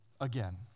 again